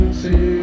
see